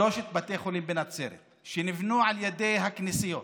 שלושת בתי החולים בנצרת שנבנו על ידי הכנסיות,